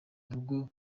ngo